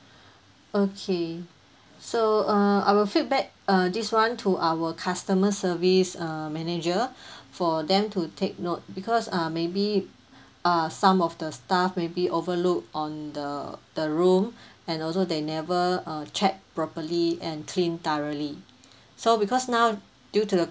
okay so err I will feedback uh this one to our customer service uh manager for them to take note because uh maybe uh some of the staff maybe overlook on the the room and also they never uh check properly and clean thoroughly so because now due to the